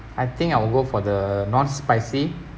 I think I will go for the non spicy